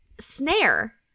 snare